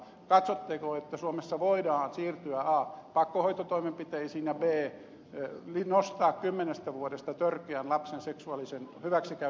katsotteko että suomessa voidaan siirtyä a pakkohoitotoimenpiteisiin ja b nostaa kymmenestä vuodesta törkeän lapsen seksuaalisen hyväksikäytön rangaistusta